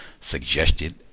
suggested